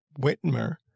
Whitmer